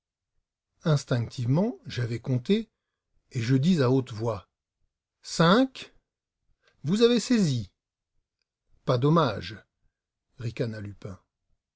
instinctivement j'avais compté et je dis à haute voix vous avez saisi pas dommage ricana lupin